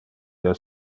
del